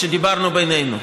כשדיברנו בינינו.